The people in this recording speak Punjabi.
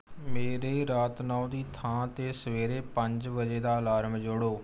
ਮੇਰੇ ਰਾਤ ਨੌ ਦੀ ਥਾਂ 'ਤੇ ਸਵੇਰੇ ਪੰਜ ਵਜੇ ਦਾ ਅਲਾਰਮ ਜੋੜੋ